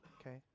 Okay